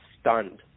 stunned